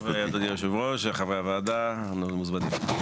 בוקר טוב אדוני יושב הראש, חברי הוועדה, המוזמנים.